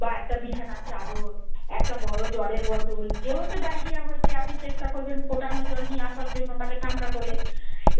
বা একটা বিছানার চাদর একটা বড়ো জলের বোতল যেহোতু ডায়রিয়া হয়েছে আপনি চেষ্টা করবেন ফোটানো জল নিয়ে আসার জন্য তাকে ঠান্ডা করে